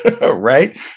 Right